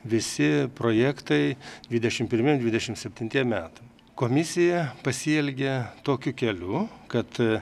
visi projektai dvidešim pirmiem dvidešim septintiem metam komisija pasielgė tokiu keliu kad